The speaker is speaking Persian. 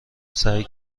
سعی